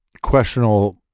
questionable